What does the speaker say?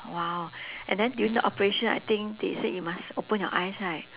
!wow! and then during the operation I think they said you must open your eyes right